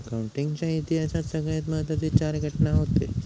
accounting च्या इतिहासात सगळ्यात महत्त्वाचे चार घटना हूते